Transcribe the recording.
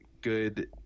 good